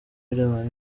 riderman